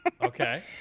Okay